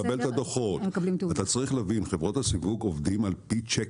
אתה צריך להבין שחברות הסיווג עובדות על פי צ'ק